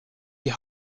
die